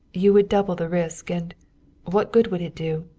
you would double the risk, and what good would it do?